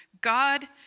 God